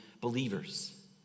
believers